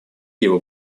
его